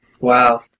Wow